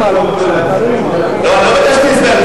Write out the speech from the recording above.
לא ביקשתי הסבר.